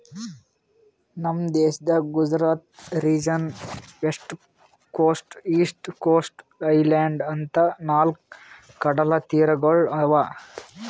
ನಮ್ ದೇಶದಾಗ್ Gujarat region, west coast, east coast, island ಅಂತಾ ನಾಲ್ಕ್ ಕಡಲತೀರಗೊಳ್ ಅವಾ